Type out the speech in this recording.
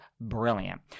brilliant